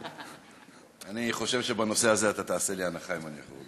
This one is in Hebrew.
מזמין את סגן יושב-ראש הכנסת חמד עמאר להחליף